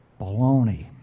baloney